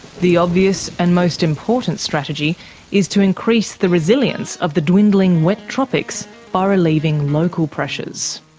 the obvious and most important strategy is to increase the resilience of the dwindling wet tropics by relieving local pressures.